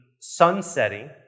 sunsetting